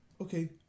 Okay